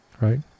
Right